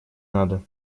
надо